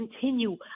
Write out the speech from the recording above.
continue